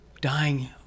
dying